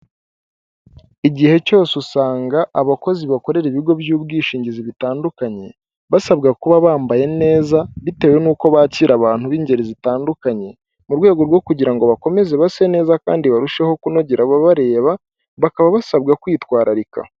Igihe cyose usanga abakozi bakorera ibigo by'ubwishingizi bitandukanye basabwa kuba bambaye neza bitewe n'uko bakira abantu b'ingeri zitandukanye mu rwego rwo kugira ngo bakomeze base neza kandi barusheho kunogera ababareba bakaba basabwa kwitwararika.